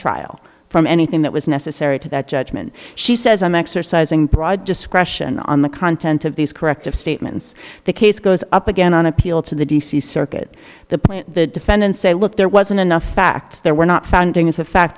trial from anything that was necessary to that judgment she says i'm exercising broad discretion on the content of these corrective statements the case goes up again on appeal to the d c circuit the plant the defendants say look there wasn't enough facts there were not founding is a fact